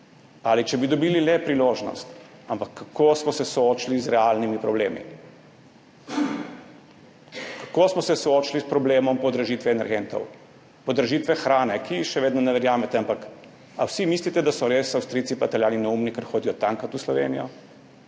ali če bi dobili le priložnost, ampak tudi kako smo se soočili z realnimi problemi, kako smo se soočili s problemom podražitve energentov, podražitve hrane, ki ji še vedno ne verjamete. Ampak ali vsi mislite, da so res Avstrijci pa Italijani neumni, ker hodijo tankat v Slovenijo?